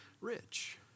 rich